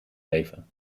leven